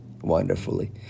wonderfully